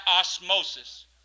osmosis